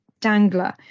dangler